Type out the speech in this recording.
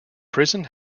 prison